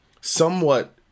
somewhat